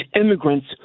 immigrants